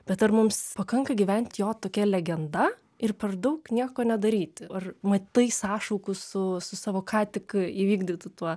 bet ar mums pakanka gyvent jo tokia legenda ir per daug nieko nedaryti ar matai sąšaukų su su savo ką tik įvykdytu tuo